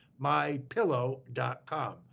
MyPillow.com